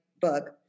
book